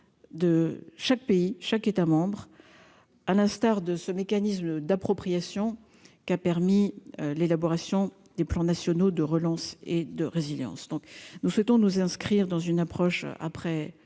de chaque pays, chaque État membre, à l'instar de ce mécanisme d'appropriation qui a permis l'élaboration des plans nationaux de relance et de résilience, donc nous souhaitons nous inscrire dans une approche après